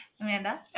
Amanda